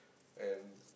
and